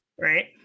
Right